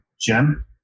Jim